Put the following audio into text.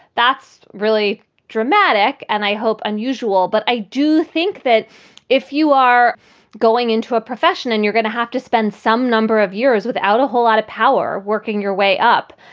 that's really dramatic and i hope unusual but i do think that if you are going into a profession and you're going to have to spend some number of years without a whole lot of power working your way up,